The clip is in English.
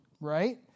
right